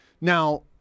Now